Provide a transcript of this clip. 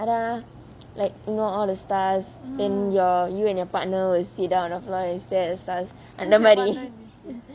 நான்:naan like you know all the stars then your you and your partner will sit down on the floor and start at the start அந்த மாரி:antha maari